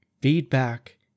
Feedback